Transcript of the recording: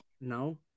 no